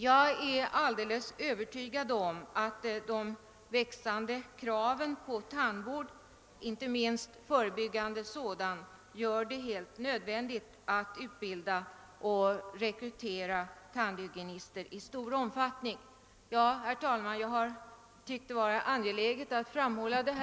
Jag är helt övertygad om att de växande kraven på tandvård, inte minst förebyggande sådan, gör det helt nödvändigt att utbilda och rekrytera tandhygienister i stor omfattning. Herr talman! Jag har ansett det vara angeläget att framhålla detta.